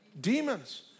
demons